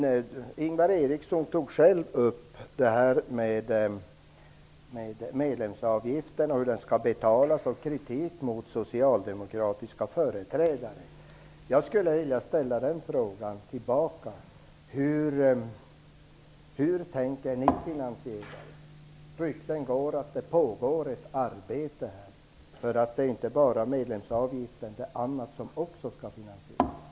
Ingvar Eriksson tog själv upp frågan om medlemsavgiften och hur den skall betalas. Han riktade kritik mot socialdemokratiska företrädare. Jag skulle vilja rikta frågan tillbaka: Hur tänker ni finansiera det? Rykten går att det pågår ett arbete här. Det är ju inte bara medlemsavgiften utan också annat som skall finansieras.